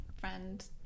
friend